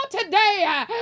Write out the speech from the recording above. today